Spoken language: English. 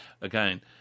Again